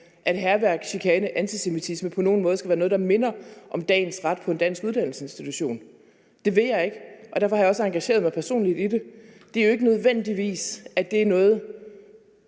at hærværk, chikane og antisemitisme på nogen måde skal være noget, der minder om dagens ret på en uddannelsesinstitution; det vil jeg ikke. Og derfor har jeg også engageret mig personligt i det. Det er jo ikke nødvendigvis noget,